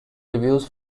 reviews